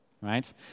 right